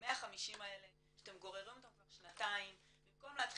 ה-150 האלה שאתם גוררים אותם כבר שנתיים במקום להתחיל